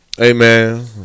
Amen